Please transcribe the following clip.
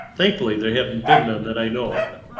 thankfully, there have been been none that i know of.